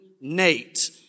Nate